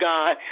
God